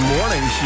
Morning